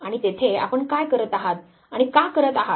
आणि तेथे आपण काय करत आहात आणि का करत आहात